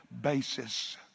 basis